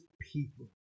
people